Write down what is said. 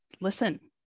listen